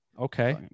Okay